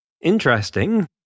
Interesting